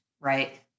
right